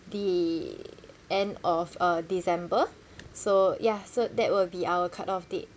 the end of uh december so ya so that will be our cut off date